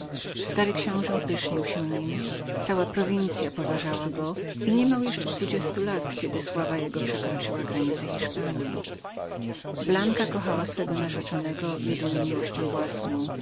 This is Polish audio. stary książe pysznił się nim cała prowincya poważała go i niemiał jeszcze dwudziestu lat kiedy sława jego przekroczyła już granice hiszpanji blanka kochała swego narzeczonego nawet miłością własną